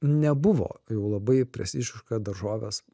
nebuvo jau labai prestižiška daržoves